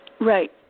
right